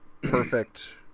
Perfect